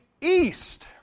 East